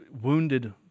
wounded